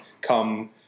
come